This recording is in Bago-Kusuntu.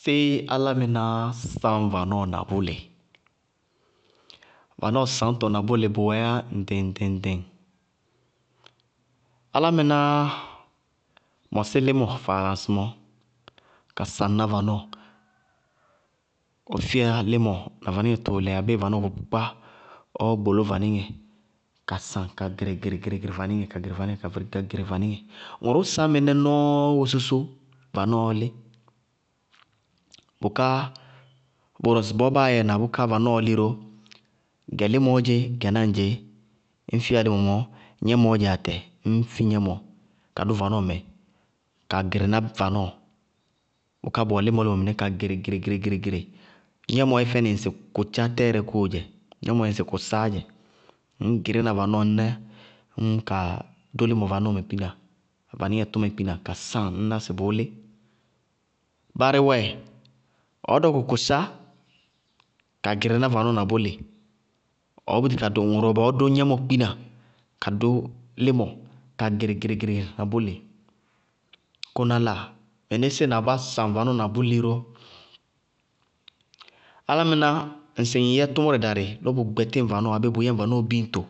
Séé álámɩnáá sañ vanɔɔ na bʋlɩɩ? Vanɔɔ sañtɔ na bʋlɩ bʋwɛɛ ŋɖɩŋ-ŋɖɩŋ-ŋɖɩŋ. Álámɩnáá mɔsí límɔ faala ŋsɩmɔɔ ka saŋná vanɔɔ. Ɔ fíya límɔ na vaníŋɛ tʋʋlɛ abéé vanɔɔ kʋrʋkpákpá ɔɔ gboló vanɩŋɛ tʋʋlɛ ka saŋ ka gɩrɩ gɩrɩ gɩrɩ ka gɩrɩ vaníŋɛ ka gɩrɩ vaníŋɛ. Ŋʋrʋʋ sañ mɩnɛ woósósó, vanɔɔɔ lí, bʋká bʋrʋ ŋsɩbɔɔ báá yɛ na vanɔɔ lɩ ró, gɛ límɔɔ dzé, gɛ náŋdzeé, ñ fiá límɔ mɔɔ gnɛmɔ wɛ atɛ, ññ fi gnɛmɔ ka dʋ vanɔɔmɛ ka gɩrɩ ná vanɔɔ bʋká bʋwɛ límɔ-límɔ mɩnɛ ka gɩrɩgɩrɩgɩrɩ. Gnɛmɔ yɛ fɛnɩ ŋsɩ kʋtchá tɛɛrɛ kóo dzɛ, gnɛmɔ yɛ fɛnɩ ŋsɩ kʋsáá dzɛ. Ŋñ gɩrí na vanɔɔ ŋñlá ññ kaa dʋ límɔ vanɔɔmɛ kpína, ŋ vaníŋɛ tʋmɛ kpína ka saŋ, ŋñná sɩ bʋʋ lí. Barɩ wɛ, ɔɔ dɔkʋ kʋtchá ka gɩrɩ ná vanɔɔ na bʋlɩ ɔɔ búti ka dʋ ŋʋrʋ wɛ ɔɔ dʋ gnɛmɔ kpína, ka dʋ límɔ, ka gɩrɩgɩrɩgɩrɩ na bʋ lɩ. Kʋná láa na mɩnísíɩ ma bá saŋ vanɔɔ bʋ lɩ ró, álámɩná ŋsɩ ŋ yɛ tʋmʋrɛ darɩ lɔ bʋ gbɛtí ŋ vanɔɔ ayéé bʋ yɛnɩ biñto,